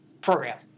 program